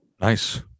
Nice